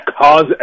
cause